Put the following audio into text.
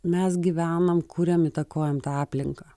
mes gyvenam kuriam įtakojam tą aplinką